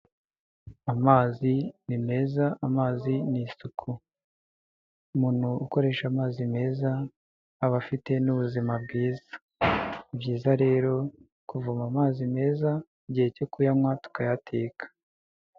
Amazi ni meza, amazi ni isuku. Umuntu ukoresha amazi meza aba afite n'ubuzima bwiza. Ni byiza rero kuvoma amazi meza gihe cyo kuyanywa tukayateka.